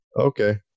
okay